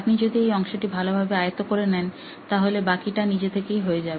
আপনি যদি এই অংশটি ভালো ভাবে আয়ত্ত করে নেন তাহলে বাকিটা নিজে থেকেই হয়ে যাবে